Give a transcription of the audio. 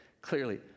clearly